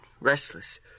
restless